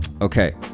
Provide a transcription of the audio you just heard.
Okay